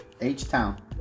H-Town